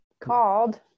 Called